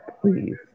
please